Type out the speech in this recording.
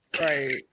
Right